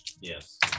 Yes